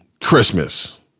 Christmas